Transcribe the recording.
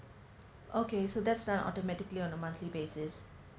okay so that's uh are automatically on a monthly basis